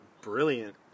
brilliant